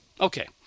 Okay